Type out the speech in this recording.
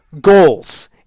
goals